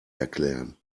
erklären